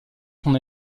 son